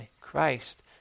Christ